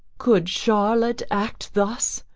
could charlotte act thus?